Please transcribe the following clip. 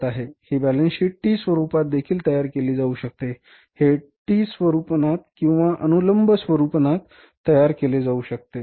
हि balance sheet T स्वरूपात देखील तयार केली जाऊ शकते हे टी स्वरूपनात किंवा अनुलंब स्वरूपात तयार केले जाऊ शकते